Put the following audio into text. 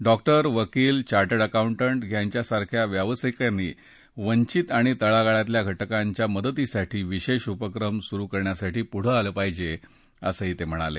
doctor वकील chartered accountant यांच्यासारख्या व्यावसायिकांनी वंचित आणि तळागळातल्या घटकांच्या मदतीसाठी विशेष उपक्रम सुरु करण्यासाठी पुढं आलं पाहिजे असं ते म्हणाले